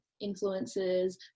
influences